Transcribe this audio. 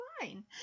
fine